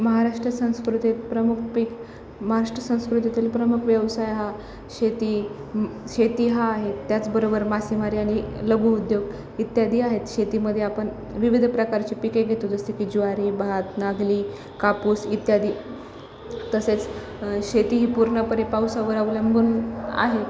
महाराष्ट्र संस्कृतीत प्रमुख पिक महाराष्ट्र संस्कृतीतील प्रमुख व्यवसाय हा शेती शेती हा आहे त्याचबरोबर मासेमारी आणि लघु उद्योग इत्यादी आहेत शेतीमध्ये आपन विविध प्रकारचे पिके घेतो जसे की ज्वारी भात नागली कापूस इत्यादी तसेच शेती ही पूर्णपणे पावसावर अवलंबून आहे